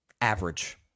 average